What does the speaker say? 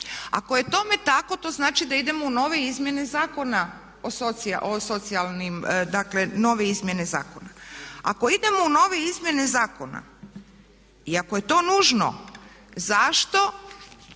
Ako je tome tako, to znači da idemo u nove izmjene zakona o socijalnim dakle, nove izmjene zakona. Ako idemo u nove izmjene zakona i ako je to nužno zašto